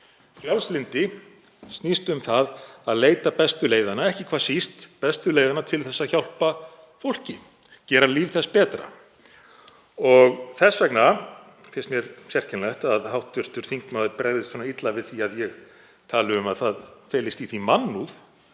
Frjálslyndi snýst um að leita bestu leiðanna, ekki hvað síst bestu leiðanna til að hjálpa fólki, gera líf þess betra. Þess vegna finnst mér sérkennilegt að hv. þingmaður bregðist svona illa við því að ég tali um að mannúð felist í að